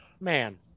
Man